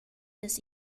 las